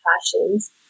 passions